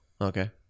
Okay